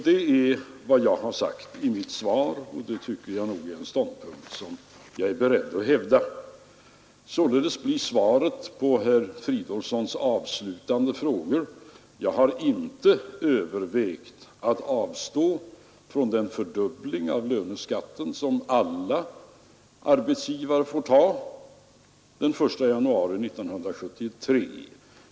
Det är vad jag har sagt i mitt svar, och det är nog en ståndpunkt som jag är beredd att hävda. Således blir mitt svar på herr Fridolfssons första fråga att jag inte har övervägt att avstå från den fördubbling av löneskatten som alla arbetsgivare får ta den 1 januari 1973.